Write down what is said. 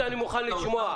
יכול להיות שהיא לא מספיקה,